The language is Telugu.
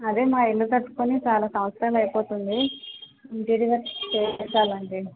అదే మా ఇల్లు కట్టుకుని చాలా సంవత్సరాలు అయిపోతుంది ఇంటీరియర్ గట్టా చేయించాలండి